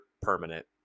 permanent